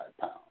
pounds